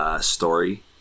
story